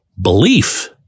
belief